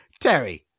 Terry